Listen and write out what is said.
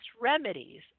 remedies